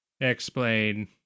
Explain